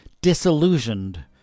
disillusioned